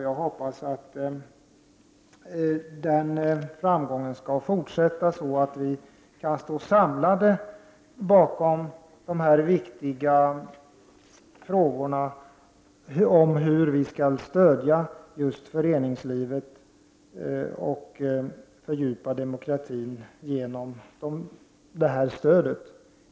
Jag hoppas att denna framgång skall fortsätta så att vi kan stå samlade bakom dessa viktiga frågor om hur vi skall stödja just föreningslivet och fördjupa demokratin genom detta stöd.